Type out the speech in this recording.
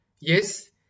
Yes